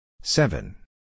seven